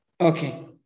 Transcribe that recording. Okay